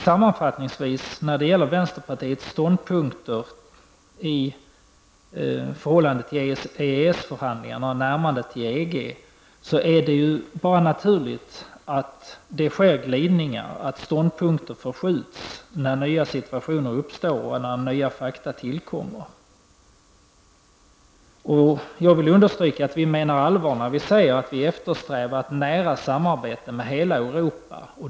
Sammanfattningsvis vill jag säga när det gäller vänsterpartiets ståndpunkter i förhållande till EES-förhandlingarna och närmandet till EG att det ju bara är naturligt att det sker glidningar och att ståndpunkter förskjuts när nya situationer uppstår och när nya fakta tillkommer. Jag vill understryka att vi menar allvar när vi säger att vi eftersträvar ett nära samarbete med hela Europa.